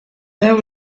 there